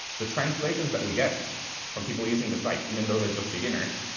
the translations that we get from people using the site, even though they're just beginners,